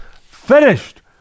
Finished